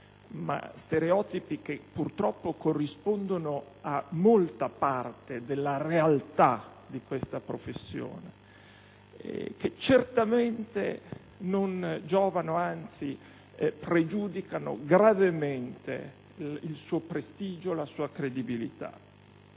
stereotipi, che purtroppo corrispondono a molta parte della realtà di questa professione e che certamente non giovano, anzi pregiudicano gravemente la sua credibilità.